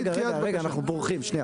רגע, אנחנו בורחים שנייה.